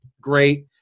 great